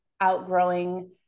outgrowing